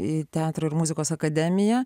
į teatrą ir muzikos akademiją